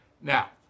now